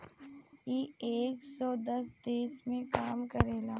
इ एक सौ दस देश मे काम करेला